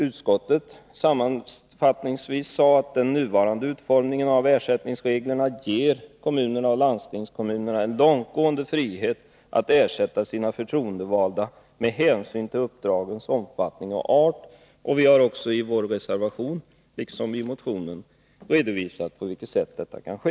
Utskottet sade då, sammanfattningsvis, att den nuvarande utformningen av ersättningsreglerna ger kommunerna och landstingskommunerna en långtgående frihet att ersätta sina förtroendevalda med hänsyn till uppdragets omfattning och art. Vi har också i vår reservation, liksom i motionen, redovisat på vilket sätt detta kan ske.